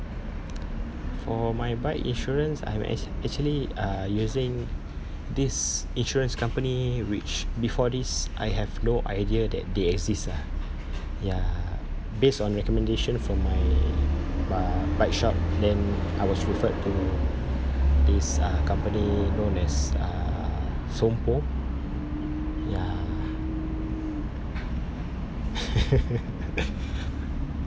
for my bike insurance I'm act~ actually uh using this insurance company which before this I have no idea that they exist ah ya based on recommendation from my b~ bike shop then I was referred to this uh company known as uh sompo ya